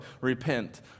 repent